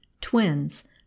twins